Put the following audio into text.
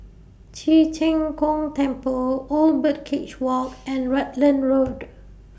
Ci Zheng Gong Temple Old Birdcage Walk and Rutland Road